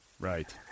Right